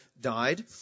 died